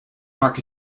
mark